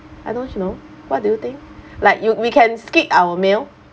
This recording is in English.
I don't know what do you think like you we can skip our meal